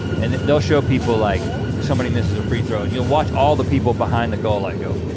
and they'll show people like somebody misses a free throw and you'll watch all the people behind the goal like go.